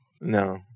No